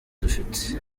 dufite